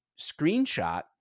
screenshot